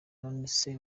nonese